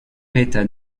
état